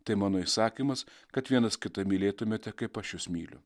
tai mano įsakymas kad vienas kitą mylėtumėte kaip aš jus myliu